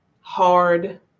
hard